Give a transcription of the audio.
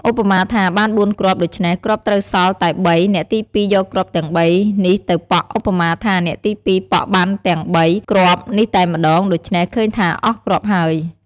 ឧបមាថា បាន ៤ គ្រាប់ ដូច្នេះគ្រាប់ត្រូវសល់តែ ៣ អ្នកទី២ យកគ្រាប់ទាំង៣ នេះទៅប៉ក់ ឧបមាថា អ្នកទី២ ប៉ក់បានទាំង ៣ គ្រាប់នេះតែម្តង ដូច្នេះឃើញថាអស់គ្រាប់ហើយ។